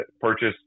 purchase